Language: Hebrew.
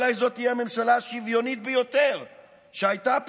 אולי זו תהיה הממשלה השוויונית ביותר שהייתה פה,